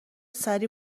سریع